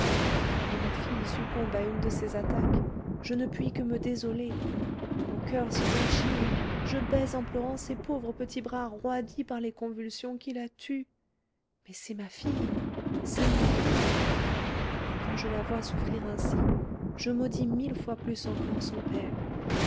quand ma fille succombe à une de ces attaques je ne puis que me désoler mon coeur se déchire je baise en pleurant ces pauvres petits bras roidis par les convulsions qui la tuent mais c'est ma fille c'est ma fille et quand je la vois souffrir ainsi je maudis mille fois plus encore son père